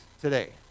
today